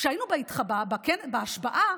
כשהיינו בהשבעה